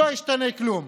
לא ישתנה כלום.